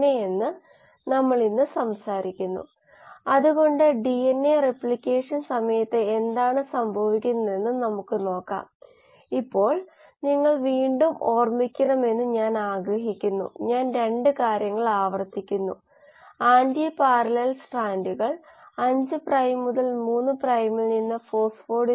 lysine ഉൽപാദനം മെച്ചപ്പെടുത്തുന്നതിനുള്ള നിർദ്ദേശങ്ങൾ നൽകുന്നതിന് മെറ്റബോളിക് ഫ്ലക്സ് വിശകലനം ഉപയോഗിക്കുന്നതിനെക്കുറിച്ച് വാലിനോയും സ്റ്റെഫനോപോലോസും അവരുടെ പ്രബന്ധം പ്രസിദ്ധീകരിച്ചപ്പോൾ ഇത് ജനപ്രിയമായി മൃഗങ്ങളുടെ കോശങ്ങൾക്ക് നിർമ്മിക്കാൻ കഴിയാത്ത ഒരു അമിനോ ആസിഡാണ് ലൈസിൻ അതിനാൽ പ്രോട്ടീന് ഈ അമിനോ ആസിഡ് ആവശ്യമാണ്